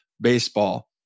baseball